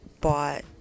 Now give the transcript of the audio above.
bought